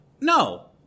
No